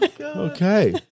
Okay